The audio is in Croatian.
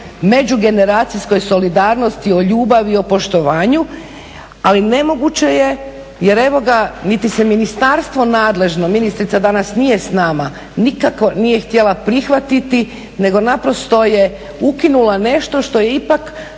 međugeneracijskoj solidarnosti o ljubavi o poštovanju, ali nemoguće je jer niti se ministarstvo nadležno, ministrica nije danas s nama, nikako nije htjela prihvatiti nego je naprosto je ukinula nešto što je ipak